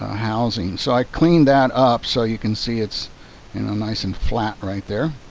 ah housing. so i cleaned that up so you can see it's and nice and flat right there